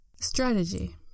Strategy